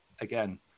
again